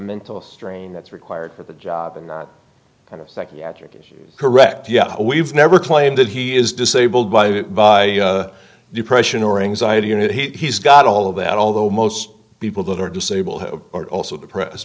mental strain that's required for the job and kind of psychiatric issues correct yeah we've never claimed that he is disabled by by depression or anxiety and he's got all of that although most people that are disabled are also depressed